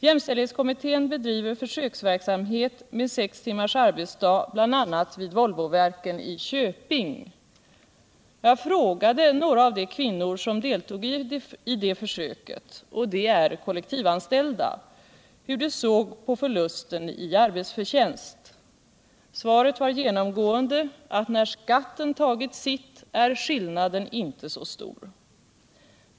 JSämställdhetskommittén bedriver försöksverksamhet med sex timmars arbetsdag, bl.a. vid Volvoverken i Köping. Jag frågade några av de kvinnor som deltog i det försöket — och de är kollektivanställda — hur de säg på förlusten i arbetsförtjänst. Svaret var genomgående att när skatten tagit sitt är skillnaden inte sä stor.